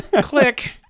Click